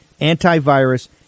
antivirus